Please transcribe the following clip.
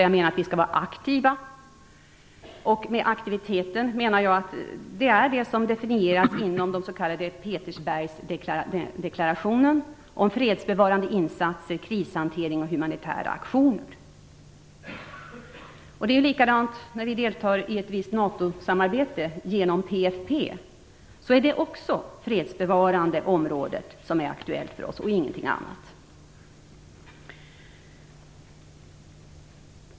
Jag menar att vi där skall vara aktiva, och med sådan aktivitet menar jag det som definieras inom den s.k. Petersbergdeklarationen om fredsbevarande insatser, krishantering och humanitära aktioner. Också när vi deltar i ett visst NATO-samarbete genom PFP är det fredsbevarande uppgifter som är aktuellt för oss och ingenting annat.